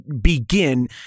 begin